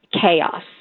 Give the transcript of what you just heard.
chaos